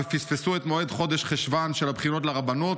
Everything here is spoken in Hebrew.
ופספסו את מועד חודש חשוון של הבחינות לרבנות.